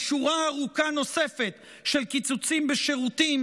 ושורה ארוכה נוספת של קיצוצים בשירותים